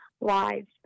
lives